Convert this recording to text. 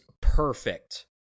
perfect